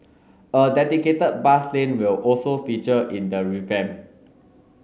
a dedicated bus lane will also feature in the revamp